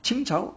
清朝